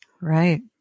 Right